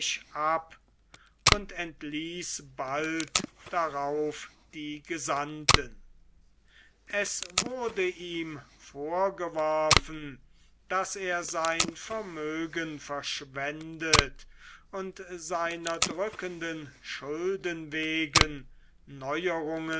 ab und entließ bald darauf die gesandten es wurde ihm vorgeworfen daß er sein vermögen verschwendet und seiner drückenden schulden wegen neuerungen